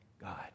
God